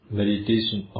meditation